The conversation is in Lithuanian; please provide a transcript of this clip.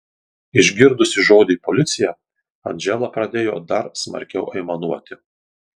išgirdusi žodį policija andžela pradėjo dar smarkiau aimanuoti